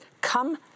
come